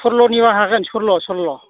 सल्ल'निबा हागोन सल्ल' सल्ल'